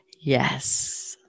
Yes